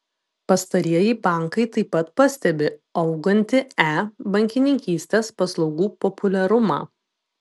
pastarieji bankai taip pat pastebi augantį e bankininkystės paslaugų populiarumą